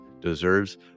deserves